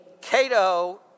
Cato